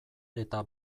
eta